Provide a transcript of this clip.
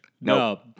No